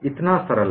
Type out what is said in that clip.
इतना सरल है